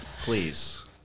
Please